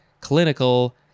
clinical